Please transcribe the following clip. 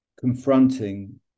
confronting